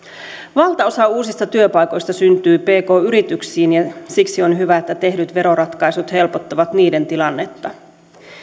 valtaosa uusista työpaikoista syntyy pk yrityksiin ja siksi on hyvä että tehdyt veroratkaisut helpottavat niiden tilannetta